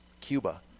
Cuba